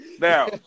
Now